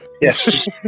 Yes